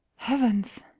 heavens!